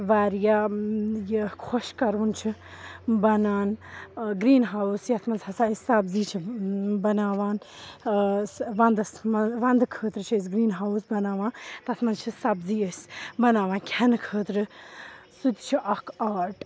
واریاہ یہِ خوش کَروُن چھُ بَنان گرٛیٖن ہاوُس یَتھ منٛز ہَسا أسۍ سبزی چھِ بَناوان وَنٛدَس وَنٛدٕ خٲطرٕ چھِ أسۍ گرٛیٖن ہاوُس بَناوان تَتھ منٛز چھِ سَبزی أسۍ بَناوان کھٮ۪نہٕ خٲطرٕ سُہ تہِ چھُ اَکھ آرٹ